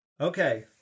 Okay